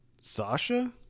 Sasha